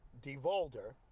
DeVolder